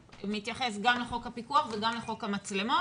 מתייחס גם לחוק הפיקוח וגם לחוק המצלמות,